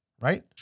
right